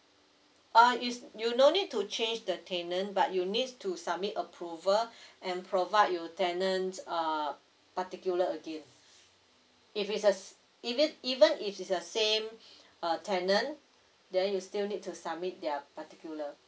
uh is you no need to change the tenant but you need to submit approval and provide your tenant's uh particular again if it's a even even if it's the same uh tenant then you still need to submit their particular